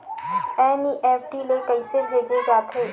NEFT ले कइसे भेजे जाथे?